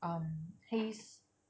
um 黑 s~